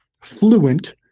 fluent—